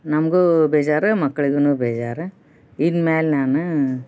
ನಮಗೂ ಬೇಜಾರು ಮಕ್ಳಿಗೂನು ಬೇಜಾರು ಇನ್ನು ಮ್ಯಾಲೆ ನಾನು